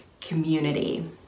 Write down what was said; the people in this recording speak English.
Community